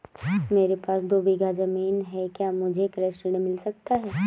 मेरे पास दो बीघा ज़मीन है क्या मुझे कृषि ऋण मिल सकता है?